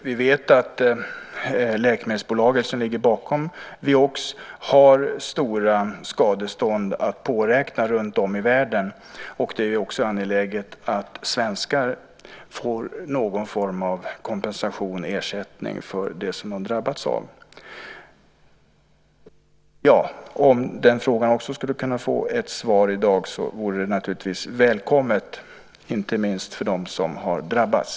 Vi vet att läkemedelsbolaget som ligger bakom Vioxx har stora skadestånd att påräkna runtom i världen, och det är också angeläget att svenskar får någon form av kompensation, ersättning, för det som de har drabbats av. Om jag också skulle kunna få ett svar på den frågan i dag vore det naturligtvis välkommet, inte minst för dem som har drabbats.